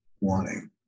wanting